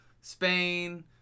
Spain